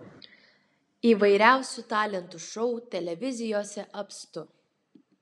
įvairiausių talentų šou televizijose apstu